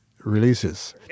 releases